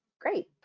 Great